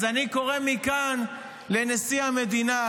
אז אני קורא מכאן לנשיא המדינה.